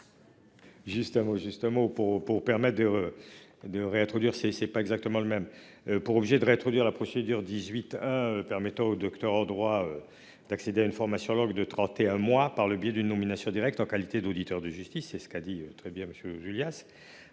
justement pour pour permettre. De réintroduire c'est, c'est pas exactement le même pour obliger de réintroduire la procédure 18. Permettant au Docteur en droit. D'accéder à une formation longue de 31 mois par le biais d'une nomination directe en qualité d'auditeur de justice. C'est ce qu'a dit très bien monsieur Julia.